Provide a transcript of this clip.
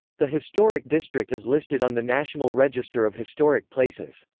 the historic district is listed on the national register of historic places.